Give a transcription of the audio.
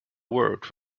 world